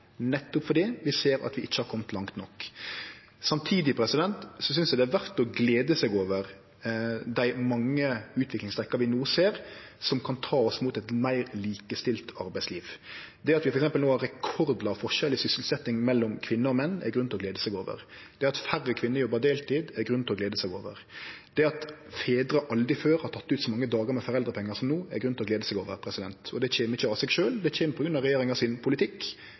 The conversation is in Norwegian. nettopp fordi vi ser at vi ikkje har kome langt nok. Samtidig synest eg det er verdt å glede seg over dei mange utviklingstrekka vi no ser som kan ta oss mot eit meir likestilt arbeidsliv. Det at vi f.eks. no har rekordlåg forskjell i sysselsetjing mellom kvinner og menn, er det grunn til å glede seg over. Det at færre kvinner jobbar deltid, er det grunn til å glede seg over. Det at fedrar aldri før har teke ut så mange dagar med foreldrepengar som no, er det grunn til å glede seg over. Og det kjem ikkje av seg sjølv, det kjem på grunn av regjeringa sin politikk.